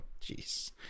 jeez